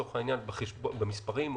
במספרים,